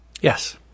Yes